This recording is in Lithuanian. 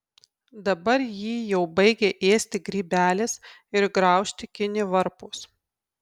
dabar jį jau baigia ėsti grybelis ir graužti kinivarpos